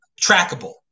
trackable